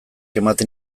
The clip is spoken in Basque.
ematen